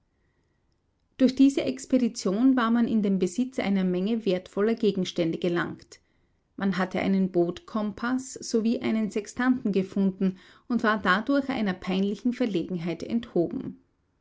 durch diese expedition war man in den besitz einer menge wertvoller gegenstände gelangt man hatte einen bootkompaß sowie einen sextanten gefunden und war dadurch einer peinlichen verlegenheit enthoben